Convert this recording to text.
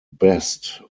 best